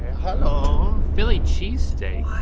ah hello. philly cheese steak.